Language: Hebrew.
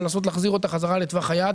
לנסות להחזיר אותה חזרה לטווח הידע,